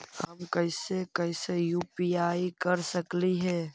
हम कैसे कैसे यु.पी.आई कर सकली हे?